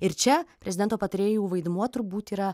ir čia prezidento patarėjų vaidmuo turbūt yra